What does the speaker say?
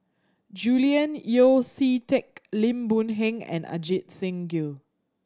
Julian Yeo See Teck Lim Boon Heng and Ajit Singh Gill